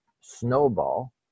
snowball